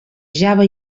java